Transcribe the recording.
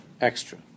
extra